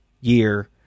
year